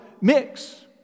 mix